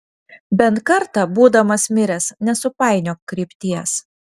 bent kartą būdamas miręs nesupainiok krypties